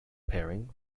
pairing